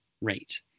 rate